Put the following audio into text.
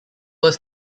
worse